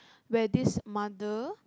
where this mother